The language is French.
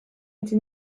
été